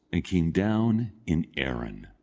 and came down in erin.